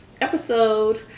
episode